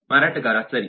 ಮಾರಾಟಗಾರ ಸರಿ